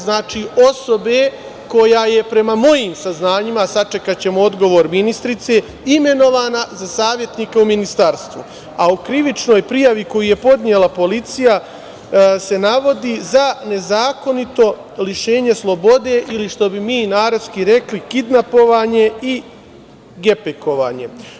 Znači, osobe koja je prema mojim saznanjima, sačekaćemo odgovor ministarke, imenovana za savetnika u Ministarstvu, a u krivičnoj prijavi koji je podnela policija se navodi za nezakonito lišenje slobode ili što bi mi narodski rekli kidnapovanje i gepekovanje.